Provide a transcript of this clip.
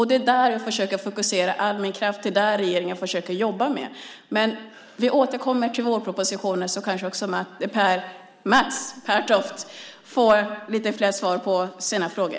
Det är där jag försöker fokusera all min kraft, och det är det regeringen försöker jobba med. Men vi återkommer till vårpropositionen, så kanske också Mats Pertoft får lite fler svar på sina frågor.